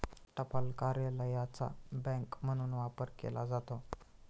टपाल कार्यालयाचा बँक म्हणून वापर केला जातो